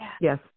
Yes